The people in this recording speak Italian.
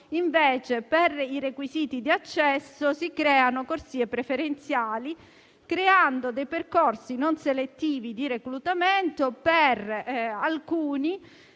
ma per i requisiti di accesso si creano corsie preferenziali, creando dei percorsi non selettivi di reclutamento per alcuni,